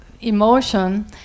emotion